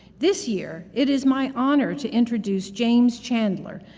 this year it is my honor to introduce james chandler,